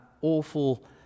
awful